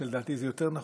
ולדעתי זה יותר נכון,